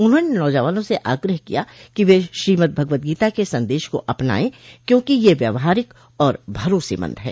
उन्होंने नौजवानों से आग्रह किया कि वे श्रीमद्भगवतगीता के संदेश को अपनायें क्योंकि यह व्यावहारिक और भरोसेमंद है